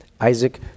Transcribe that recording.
Isaac